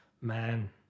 man